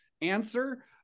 answer